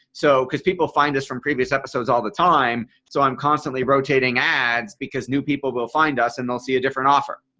so because people find us from previous episodes all the time so i'm constantly rotating ads because new people will find us and they'll see a different offer.